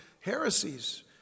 heresies